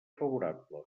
favorable